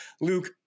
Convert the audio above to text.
Luke